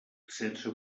sense